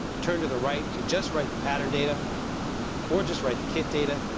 turn to the right to just write the pattern data or just write the kit data.